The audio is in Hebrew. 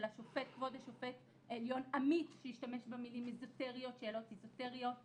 כבוד השופט העליון עמית שהשתמש במילים "שאלות איזוטריות",